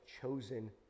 chosen